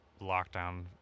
lockdown